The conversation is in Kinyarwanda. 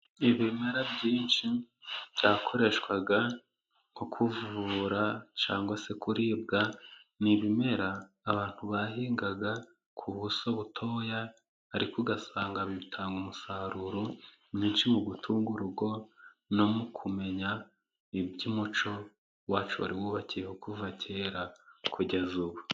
Ibimera byinshi byakoreshwaga nko kuvura cyangwa se kuribwa, ni ibimera abantu bahingaga ku buso butoya ariko ugasanga bitanga umusaruro mwinshi mu gutunga urugo no mu kumenya iby'umuco wacu wari wubakiyeho kuva kera kugeza ubu.